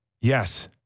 yes